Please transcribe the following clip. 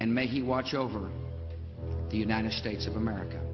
and make you watch over the united states of america